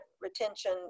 retention